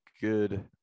good